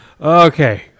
Okay